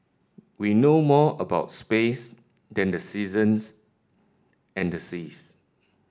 we know more about space than the seasons and the seas